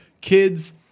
kids